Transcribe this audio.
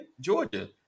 Georgia